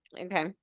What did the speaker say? Okay